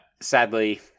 sadly